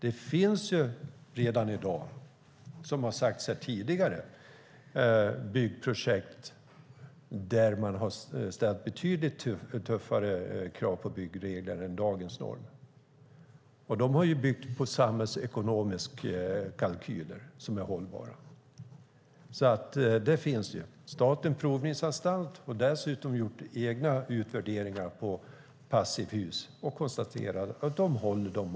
Det finns redan i dag, som har sagts tidigare, byggprojekt där man har ställt betydligt tuffare krav på byggregler än dagens norm, och de har byggt på samhällsekonomiska kalkyler som är hållbara. Statens provningsanstalt har dessutom gjort egna utvärderingar av passivhus och konstaterar att de håller måtten.